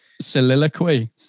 soliloquy